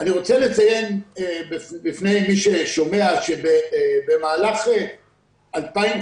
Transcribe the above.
אני רוצה לציין בפני מי ששומע שבמהלך 2015